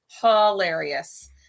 hilarious